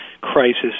crisis